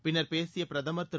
பின்னர் பேசிய பிரதமர் திரு